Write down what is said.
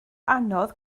anodd